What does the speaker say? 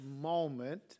moment